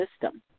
system